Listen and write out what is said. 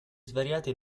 svariate